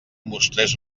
mostrés